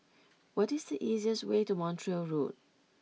what is the easiest way to Montreal Road